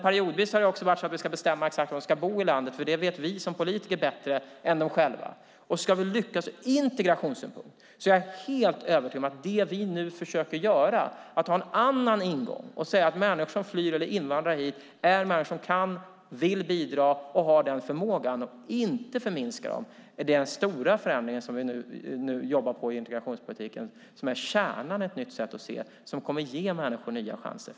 Periodvis har det också varit så att vi ska bestämma exakt var i landet de ska bo, för det vet vi som politiker bättre än de själva. Ska vi lyckas ur integrationssynpunkt är jag helt övertygad om att vi måste göra det vi nu försöker göra: att ha en annan ingång och säga att människor som flyr eller invandrar hit är människor som kan och vill bidra och har den förmågan. Vi ska inte förminska dem. Det är den stora förändring som vi nu jobbar på i integrationspolitiken. Det är kärnan i ett nytt sätt att se som kommer att ge människor nya chanser.